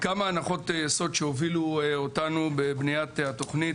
כמה הנחות יסוד שהובילו אותנו בבניית התוכנית,